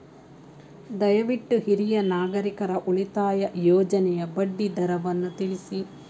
ದಯವಿಟ್ಟು ಹಿರಿಯ ನಾಗರಿಕರ ಉಳಿತಾಯ ಯೋಜನೆಯ ಬಡ್ಡಿ ದರವನ್ನು ತಿಳಿಸಿ